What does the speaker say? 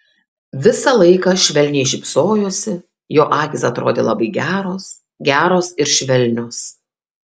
visą laiką švelniai šypsojosi jo akys atrodė labai geros geros ir švelnios